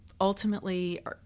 ultimately